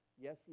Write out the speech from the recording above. Yes